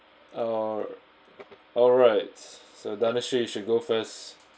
err alrights so you should go first